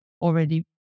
already